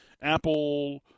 Apple